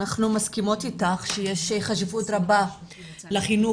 אנחנו מסכימות איתך שיש חשיבות רבה לחינוך